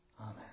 Amen